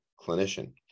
clinician